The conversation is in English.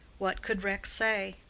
what could rex say?